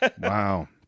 Wow